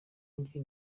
njye